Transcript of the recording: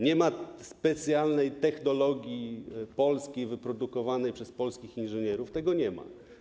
Nie ma specjalnej technologii polskiej, wyprodukowanej przez polskich inżynierów, tego nie ma.